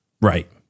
Right